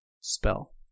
Spell